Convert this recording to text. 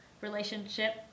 relationship